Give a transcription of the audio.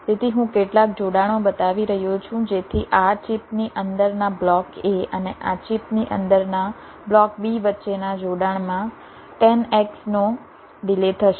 તેથી હું કેટલાક જોડાણો બતાવી રહ્યો છું જેથી આ ચિપની અંદરના બ્લોક A અને આ ચિપની અંદરના બ્લોક B વચ્ચેના જોડાણમાં 10X નો ડિલે થશે